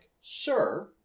Sir